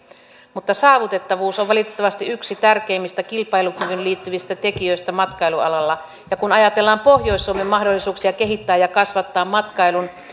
mutta saavutettavuus on valitettavasti yksi tärkeimmistä kilpailukykyyn liittyvistä tekijöistä matkailualalla kun ajatellaan pohjois suomen mahdollisuuksia kehittää ja kasvattaa matkailun